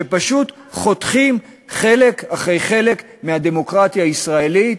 שפשוט חותכים חלק אחרי חלק מהדמוקרטיה הישראלית.